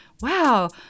wow